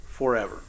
Forever